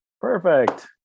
perfect